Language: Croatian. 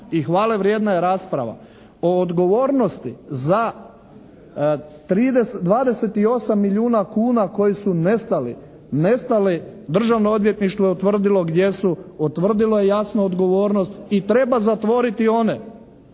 hvale vrijedna je rasprava o odgovornosti za 28 milijuna kuna koji su nestali, nestali. Državno odvjetništvo je utvrdilo gdje su. Utvrdilo je jasno odgovornost i treba zatvoriti one